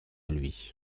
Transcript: lui